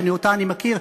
שאותה אני מכיר,